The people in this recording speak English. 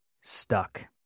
stuck